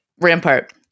Rampart